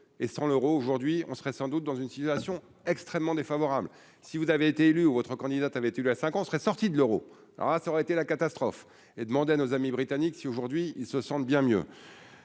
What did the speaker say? et sans l'Euro aujourd'hui, on serait sans doute dans une situation extrêmement défavorable, si vous avez été élu ou votre candidate à l'étude à cinq ans serait sortie de l'Euro alors ah ça aurait été la catastrophe et demander à nos amis britanniques, si aujourd'hui ils se sentent bien mieux,